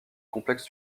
complexe